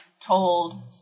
told